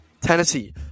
tennessee